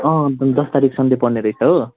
अँ अङ्कल दस तारिक सन्डे पर्नेरहेछ हो